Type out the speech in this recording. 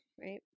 right